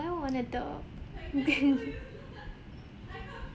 want a dog